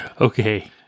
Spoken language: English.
Okay